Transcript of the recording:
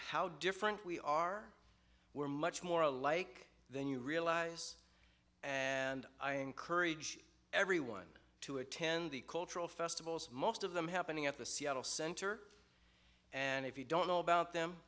how different we are we're much more alike than you realize and i encourage everyone to attend the cultural festivals most of them happening at the seattle center and if you don't know about them